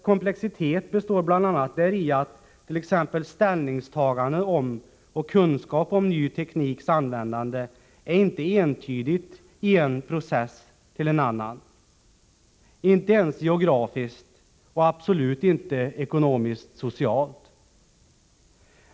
Komplexiteten består bl.a. däri att t.ex. ställningstagande om och kunskap om ny tekniks användande inte är entydiga från en process till en annan, inte ens geografiskt och absolut inte ekonomiskt-socialt.